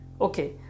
okay